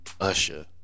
Usher